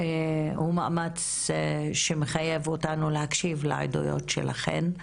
הוא מאמץ שמחייב אותנו להקשיב לעדויות שלכן,